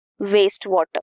wastewater